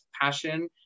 passion